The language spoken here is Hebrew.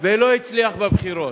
ולא הצליח בבחירות,